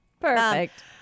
Perfect